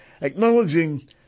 Acknowledging